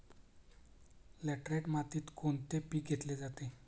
Laterite मातीत कोणते पीक घेतले जाते?